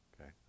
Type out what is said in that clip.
Okay